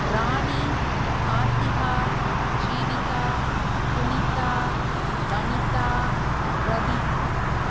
Rani Karthika Jeevitha Punitha Vanitha Rati